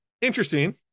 Interesting